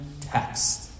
text